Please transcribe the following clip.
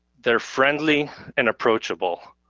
they're friendly and approachable.